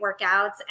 workouts